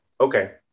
okay